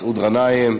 מסעוד גנאים,